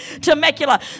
Temecula